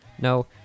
No